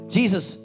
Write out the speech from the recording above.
Jesus